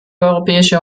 europäische